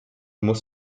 muss